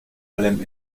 allem